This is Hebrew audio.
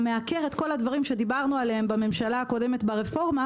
מעקר את כל הדברים שדיברנו עליהם בממשלה הקודמת ברפורמה